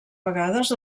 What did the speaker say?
vegades